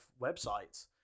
websites